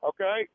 Okay